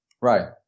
Right